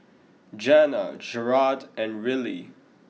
Janna Jarrad and Rillie